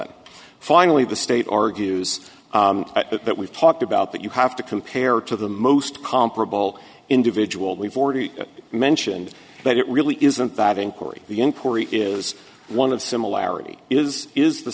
eleven finally the state argues that that we've talked about that you have to compare to the most comparable individual we've already mentioned but it really isn't that inquiry the inquiry is one of similarity is is the